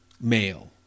male